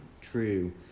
True